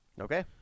Okay